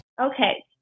Okay